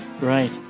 Right